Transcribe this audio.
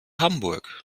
hamburg